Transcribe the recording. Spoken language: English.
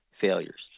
failures